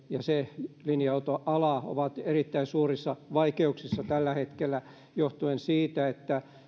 ja linja autoala ovat erittäin suurissa vaikeuksissa tällä hetkellä johtuen siitä että